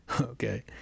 okay